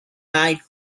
night